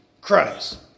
Christ